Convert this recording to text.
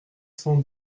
cent